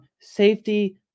safety